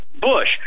Bush